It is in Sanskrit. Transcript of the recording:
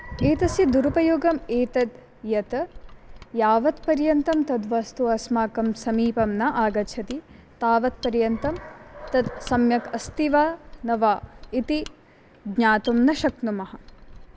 एतस्य दुरुपयोगम् एतत् यत् यावत्पर्यन्तं तद्वस्तु अस्माकं समीपं न आगच्छति तावत्पर्यन्तं तत् सम्यक् अस्ति वा न वा इति ज्ञातुं न शक्नुमः